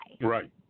Right